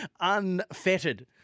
unfettered